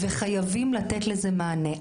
וחייבים לתת לזה מענה.